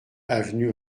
avenue